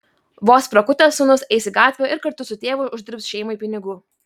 vos prakutęs sūnus eis į gatvę ir kartu su tėvu uždirbs šeimai pinigų